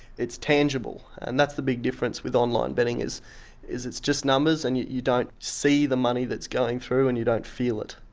it's tangible, and that's the big difference with online betting is is it's just numbers and you you don't see the money that's going through and you don't feel it.